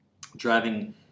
driving